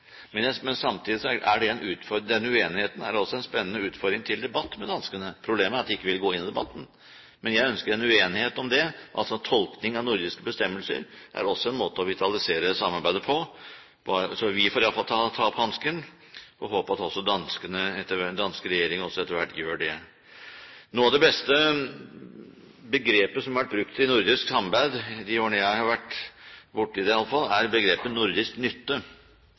Samtidig er denne uenigheten en spennende utfordring til debatt med danskene. Problemet er at de ikke vil gå inn i debatten. Men jeg ønsker en uenighet om det, altså at tolkning av nordiske bestemmelser også er en måte å vitalisere samarbeidet på. Vi får i alle fall ta opp hansken og håpe at også den danske regjering etter hvert gjør det. Et av de beste begrepene som har vært brukt i nordisk samarbeid i de årene jeg har vært borte i det i alle fall, er begrepet nordisk nytte.